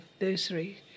nursery